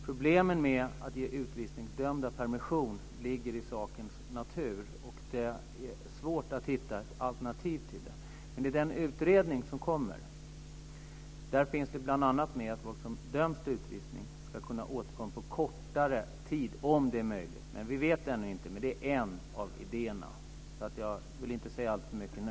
Problemen med att ge utvisningsdömda permission ligger i sakens natur, och det är svårt att hitta ett alternativ. I den utredning som kommer ska man bl.a. ta upp att människor som döms till utvisning ska kunna återkomma under kortare tid om det är möjligt, men vi vet ännu inte det. Men det är en idé. Jag vill inte säga alltför mycket nu.